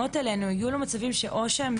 או שיש איום פיזי עליהן.